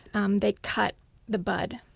um they cut the bud.